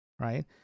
right